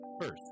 First